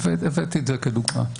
הבאתי את זה כדוגמה.